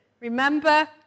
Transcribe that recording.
Remember